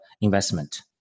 investment